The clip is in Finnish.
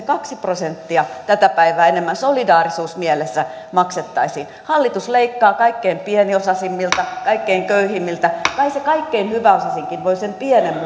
kaksi prosenttia tätä päivää enemmän solidaarisuusmielessä maksaa hallitus leikkaa kaikkein pieniosaisimmilta kaikkein köyhimmiltä kai se kaikkein hyväosaisinkin voi sen pienen